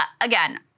again